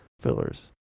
fillers